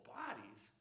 bodies